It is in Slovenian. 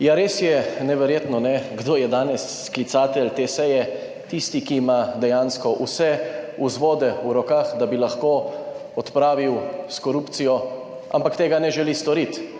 Ja, res je neverjetno, kdo je danes sklicatelj te seje, tisti, ki ima dejansko vse vzvode v rokah, da bi lahko odpravil s korupcijo, ampak tega ne želi storiti,